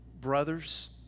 brothers